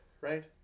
right